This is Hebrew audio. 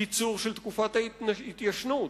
קיצור תקופת ההתיישנות,